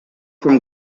from